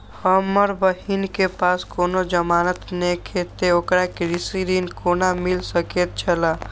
हमर बहिन के पास कोनो जमानत नेखे ते ओकरा कृषि ऋण कोना मिल सकेत छला?